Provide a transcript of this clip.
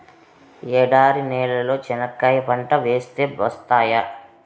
ఎడారి నేలలో చెనక్కాయ పంట వేస్తే వస్తాయా?